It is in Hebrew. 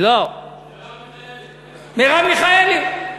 מרב מיכאלי.